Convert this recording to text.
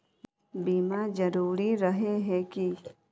बीमा जरूरी रहे है की?